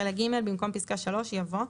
בחלק (ג) במקום "פסקה (3) יבוא: